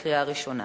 קריאה ראשונה.